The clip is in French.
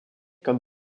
comme